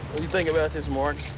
think about this, martin?